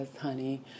honey